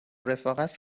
رفاقت